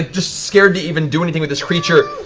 just scared to even do anything with this creature,